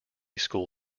school